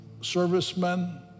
servicemen